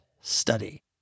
study